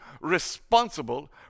responsible